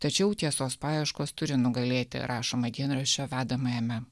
tačiau tiesos paieškos turi nugalėti rašoma dienraščio vedamajame